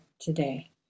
today